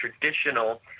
traditional